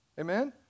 Amen